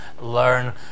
learn